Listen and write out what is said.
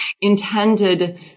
intended